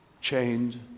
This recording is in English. chained